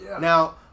Now